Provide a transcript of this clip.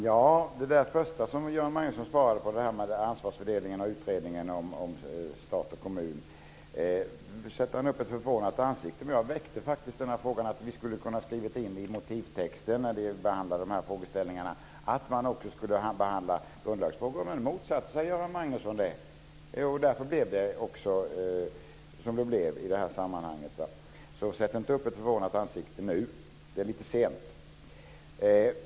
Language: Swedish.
Herr talman! Vid det första som Göran Magnusson svarade på - om ansvarsfördelningen och utredningarna om stat och kommun - sätter han upp ett förvånat ansikte. Jag har väckt frågan om att vi skulle ha kunnat skriva in detta i motivtexten när vi behandlade frågeställningarna. Då hade vi också kunnat behandla grundlagsfrågor. Men då motsatte sig Göran Magnusson det. Därför blev det också som det blev i det här sammanhanget. Så sätt inte upp ett förvånat ansikte nu - det är lite sent!